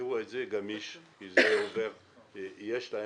תשאירו את זה גמיש כי זה אומר שיש יותר